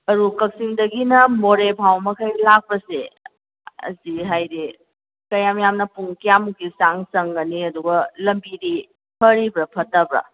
ꯑꯗꯨ ꯀꯛꯆꯤꯡꯗꯒꯤꯅ ꯃꯣꯔꯦ ꯐꯥꯎꯕꯃꯈꯩ ꯂꯥꯛꯄꯁꯦ ꯑꯁꯤ ꯍꯥꯏꯗꯤ ꯀꯌꯥꯝ ꯌꯥꯝꯅ ꯄꯨꯡ ꯀꯌꯥꯃꯨꯛꯀꯤ ꯆꯥꯡ ꯆꯪꯒꯅꯤ ꯑꯗꯨꯒ ꯂꯝꯕꯤꯗꯤ ꯐꯔꯤꯕ꯭ꯔꯥ ꯐꯠꯇꯕ꯭ꯔꯥ